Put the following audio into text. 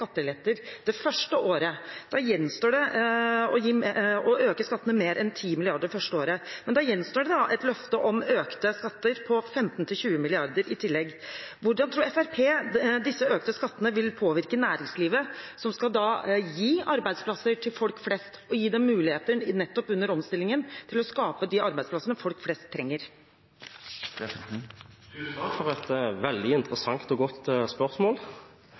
skatteletter det første året. Da gjenstår det å øke skattene mer enn 10 mrd. kr første året. Men da gjenstår det et løfte om økte skatter på 15–20 mrd. kr i tillegg. Hvordan tror Fremskrittspartiet disse økte skattene vil påvirke næringslivet som skal gi arbeidsplasser til folk flest, og gi dem muligheter nettopp under omstillingen til å skape de arbeidsplassene folk flest trenger? Tusen takk for et veldig interessant og godt spørsmål.